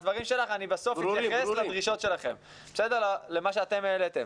בסוף אני אתייחס לדרישות שלכם, למה שהעליתם.